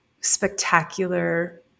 spectacular